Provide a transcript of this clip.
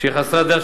היא חסרת תקדים,